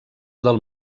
del